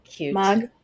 mug